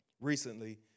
recently